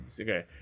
Okay